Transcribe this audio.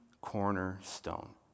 cornerstone